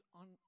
on